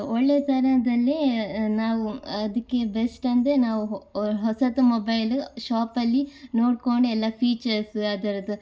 ಒಳ್ಳೆತನದಲ್ಲಿ ನಾವು ಅದಕ್ಕೆ ಬೆಸ್ಟ್ ಅಂದರೆ ನಾವು ಹೊಸತು ಮೊಬೈಲ ಶಾಪಲ್ಲಿ ನೋಡಿಕೊಂಡಿಲ್ಲ ಫೀಚರ್ಸ್ ಅದರದು